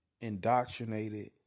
indoctrinated